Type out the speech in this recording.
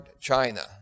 China